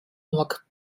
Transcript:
walk